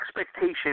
expectation